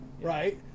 Right